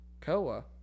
koa